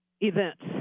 events